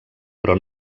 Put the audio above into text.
però